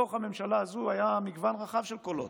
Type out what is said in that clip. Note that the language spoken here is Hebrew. בתוך הממשלה הזו היה מגוון רחב של קולות.